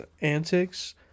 antics